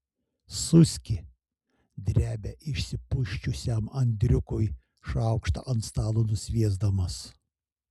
suski drebia išsipusčiusiam andriukui šaukštą ant stalo nusviesdamas